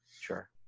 Sure